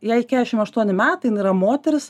jai keturiasdešimt aštuoni metai jin yra moteris